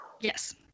Yes